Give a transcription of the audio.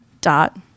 dot